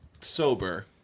sober